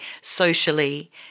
socially